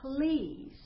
please